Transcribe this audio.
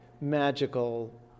magical